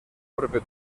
propio